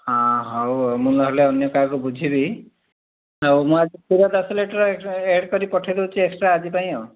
ହଁ ହଉ ଆଉ ମୁଁ ନହେଲେ ଅନ୍ୟ କାହାକୁ ବୁଝିବି ଆଉ ମୁଁ ଆଜି ପୁରା ଦଶ ଲିଟର୍ ଆଡ଼୍ କରି ପଠାଇଦେଉଛି ଏକ୍ସଟ୍ରା ଆଜି ପାଇଁ ଆଉ